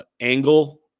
angle